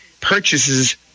purchases